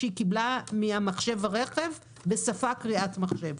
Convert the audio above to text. שהיא קיבלה ממחשב הרכב בשפה קריאת מחשב.